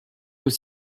aux